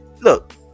look